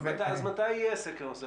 מתי יהיה סקר מלא?